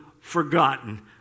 forgotten